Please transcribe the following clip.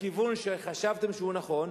לכיוון שחשבתם שהוא נכון,